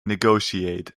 negotiate